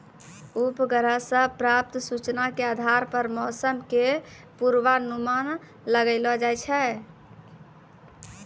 उपग्रह सॅ प्राप्त सूचना के आधार पर मौसम के पूर्वानुमान लगैलो जाय छै